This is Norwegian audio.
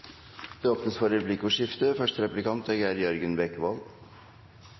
Det åpnes for replikkordskifte.